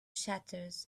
shutters